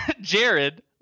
jared